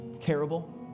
Terrible